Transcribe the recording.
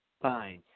fine